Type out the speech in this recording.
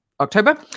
October